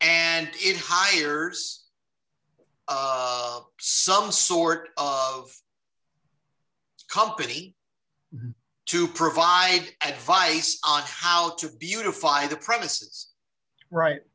and it hires some sort of company to provide advice on how to do unify the premises right